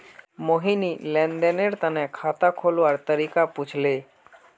मोहिनी लेन देनेर तने खाता खोलवार तरीका पूछले